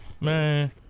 man